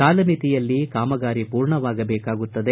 ಕಾಲಮಿತಿಯಲ್ಲಿ ಕಾಮಗಾರಿ ಪೂರ್ಣವಾಗಬೇಕಾಗುತ್ತದೆ